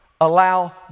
Allow